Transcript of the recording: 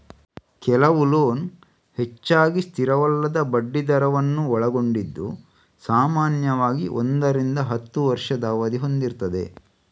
ಕೆಲವು ಲೋನ್ ಹೆಚ್ಚಾಗಿ ಸ್ಥಿರವಲ್ಲದ ಬಡ್ಡಿ ದರವನ್ನ ಒಳಗೊಂಡಿದ್ದು ಸಾಮಾನ್ಯವಾಗಿ ಒಂದರಿಂದ ಹತ್ತು ವರ್ಷದ ಅವಧಿ ಹೊಂದಿರ್ತದೆ